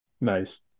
Nice